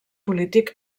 polític